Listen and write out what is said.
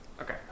okay